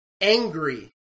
angry